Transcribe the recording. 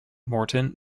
morton